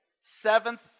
Seventh